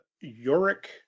Yorick